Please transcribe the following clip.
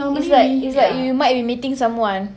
it's like it's like we might be meeting someone